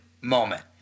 moment